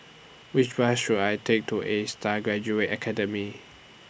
Which Bus should I Take to A STAR Graduate Academy